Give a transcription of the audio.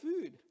food